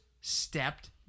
stepped